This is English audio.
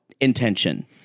intention